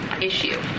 issue